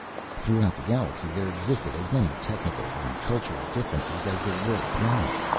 throughout the galaxy there existed as many technical and cultural differences as there were planets,